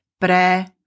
Pre